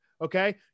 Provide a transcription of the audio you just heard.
okay